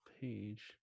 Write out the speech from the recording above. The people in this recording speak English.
page